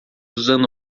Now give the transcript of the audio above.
usando